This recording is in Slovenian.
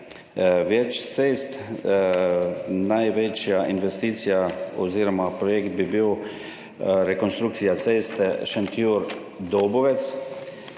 največja investicija oziroma projekt bi bil rekonstrukcija ceste Šentjur–Dobovec,